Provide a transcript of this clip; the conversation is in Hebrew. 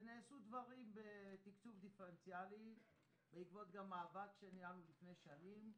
ונעשו דברים בתקצוב דיפרנציאלי בעקבות מאבק שניהלנו לפני שנים.